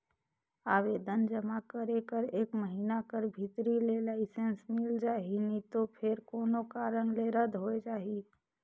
आवेदन जमा करे कर एक महिना कर भीतरी में लाइसेंस मिल जाही नी तो फेर कोनो कारन ले रद होए जाही